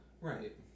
Right